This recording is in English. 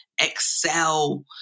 excel